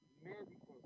médicos